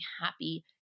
happy